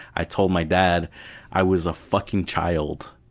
i told my dad i was a fucking child,